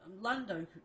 Lando